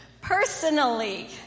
personally